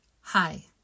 Hi